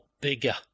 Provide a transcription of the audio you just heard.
bigger